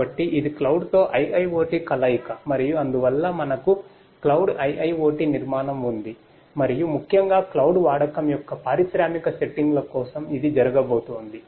కాబట్టి ఇది క్లౌడ్ వాడకం యొక్క పారిశ్రామిక సెట్టింగుల కోసం ఇది జరగబోతోంది